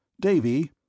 Davy